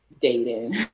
dating